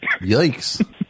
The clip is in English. yikes